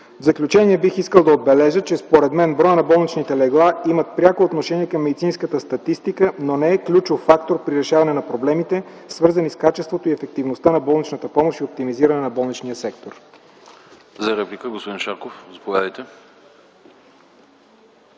В заключение, бих искал да отбележа, че според мен броят на болничните легла има пряко отношение към медицинската статистика, но не е ключов фактор при решаване на проблемите, свързани с качеството и ефективността на болничната помощ и оптимизирането на болничния сектор.